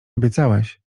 obiecałeś